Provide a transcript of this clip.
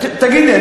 תגיד לי,